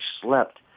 slept